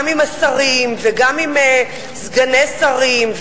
גם עם השרים וגם עם סגני שרים,